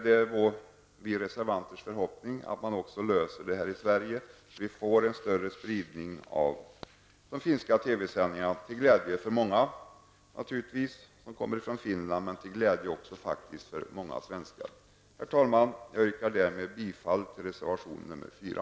Det är reservanternas förhoppning att detta går att lösa i Sverige så att vi får en större spridning av de finska TV-sändningarna till glädje för många, naturligtvis för dem som kommer från Finland men även för många svenskar. Herr talman! Jag yrkar därmed bifall till reservation 4.